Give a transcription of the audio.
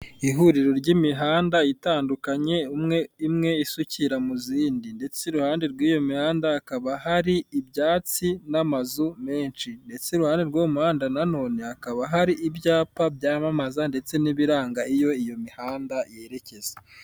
Ihuriro ry'imihanda itandukanye imwe isukira mu zindi, ndetse iruhande rw'iyo mihanda hakaba hari ibyatsi n'amazu menshi ndetse iruhande na none hakaba hari ibyapa byamamaza ndetse n'ibiranga iyo iyo mihanda yerekeza.